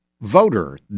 voter